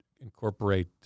incorporate